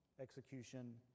execution